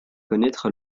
connaître